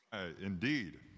indeed